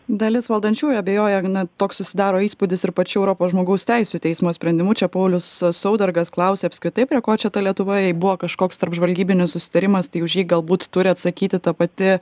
dalis valdančiųjų abejoja ar ne toks susidaro įspūdis ir pačių europos žmogaus teisių teismo sprendimu čia paulius saudargas klausė apskritai prie ko čia ta lietuva jei buvo kažkoks tarp žvalgybinis susitarimas tai už jį galbūt turi atsakyti ta pati